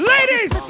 Ladies